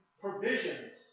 provisions